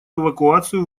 эвакуацию